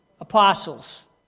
Apostles